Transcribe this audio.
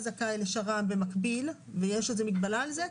זכאי לשר"מ במקביל ויש איזה מגבלה על זה,